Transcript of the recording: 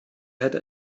hätte